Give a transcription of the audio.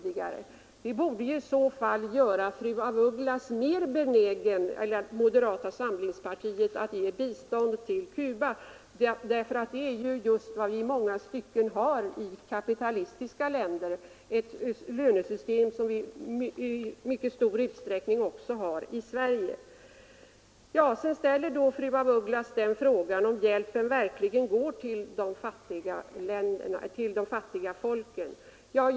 Det borde i så fall göra moderata samlingspartiet mer benäget att ge bistånd till Cuba, eftersom det är ett lönesystem som man i många stycken redan har i kapitalistiska länder — i stor utsträckning också i Sverige. Så ställer fru af Ugglas frågan om hjälpen verkligen går till de fattiga folken.